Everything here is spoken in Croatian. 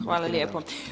Hvala lijepo.